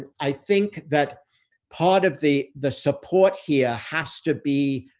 i think that part of the the support here has to be